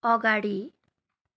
अगाडि